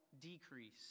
decrease